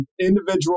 individual